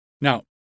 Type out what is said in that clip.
Now